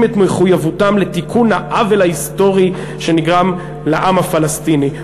את מחויבותם לתיקון העוול ההיסטורי שנגרם לעם הפלסטיני,